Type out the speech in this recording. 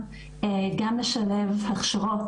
וגם כמובן לשלב תכנים בבתי הספר לתלמידים ולתלמידות.